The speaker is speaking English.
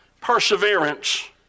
perseverance